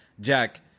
Jack